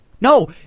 No